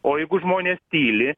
o jeigu žmonės tyli